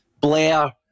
Blair